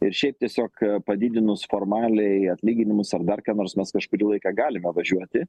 ir šiaip tiesiog padidinus formaliai atlyginimus ar dar ką nors mes kažkurį laiką galime važiuoti